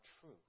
true